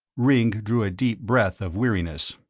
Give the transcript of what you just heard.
ringg drew a deep breath of weariness.